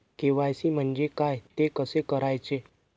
KYC म्हणजे काय? ते कसे करायचे?